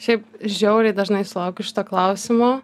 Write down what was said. šiaip žiauriai dažnai sulaukiu šito klausimo